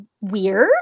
weird